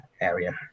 area